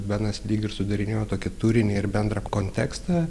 benas lyg ir sudarinėjo tokį turinį ir bendrą kontekstą